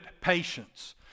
patience